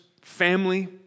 family